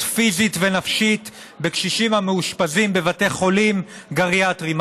פיזית ונפשית בקשישים המאושפזים בבתי חולים גריאטריים.